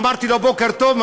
אמרתי לו: בוקר טוב,